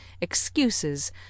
excuses